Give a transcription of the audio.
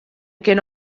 kin